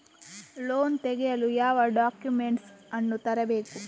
Loan ತೆಗೆಯಲು ಯಾವ documents ಅನ್ನು ತರಬೇಕು?